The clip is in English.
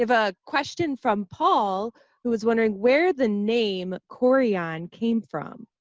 a question from paul who was wondering where the name coreyon came from,